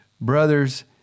brothers